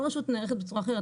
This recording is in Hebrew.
כל רשות נערכת בצורה אחרת,